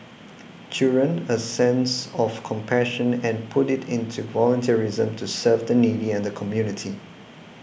children a sense of compassion and put it into volunteerism to serve the needy and the community